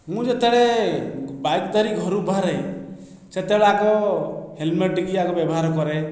ମୁଁ ଯେତେବେଳେ ବାଇକ ଧରି ଘରୁ ବାହାରେ ସେତେବେଳେ ଆଗ ହେଲମେଟଟିକୁ ଆଗ ବ୍ୟବହାର କରେ